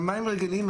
גם מים רגילים,